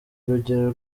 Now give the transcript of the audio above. urugero